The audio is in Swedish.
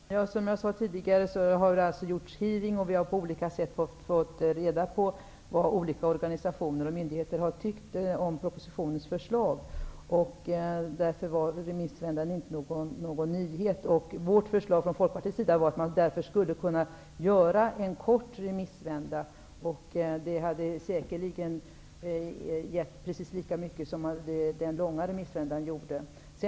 Herr talman! Som jag sade tidigare har det varit en hearing och vi har på olika sätt fått reda på vad organisationer och myndigheter har tyckt om förslaget i propositionen. Därför kom inte några nyheter i remissvändan. Folkpartiets förslag var att man skulle kunna ha en kort remissvända. Det hade säkerligen givit precis lika mycket som den långa remissvändan gjorde.